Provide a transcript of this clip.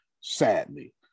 sadly